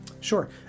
Sure